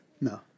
No